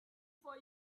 for